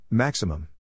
Maximum